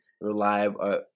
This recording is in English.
reliable